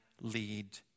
lead